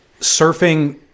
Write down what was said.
surfing